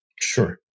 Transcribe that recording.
Sure